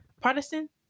Protestant